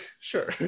sure